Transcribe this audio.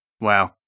Wow